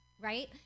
right